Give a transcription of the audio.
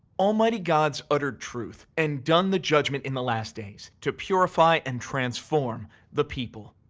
almighty god's uttered truth and done the judgment in the last days to purify and transform the people,